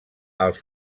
als